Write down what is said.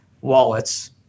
wallets